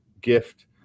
gift